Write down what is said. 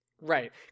Right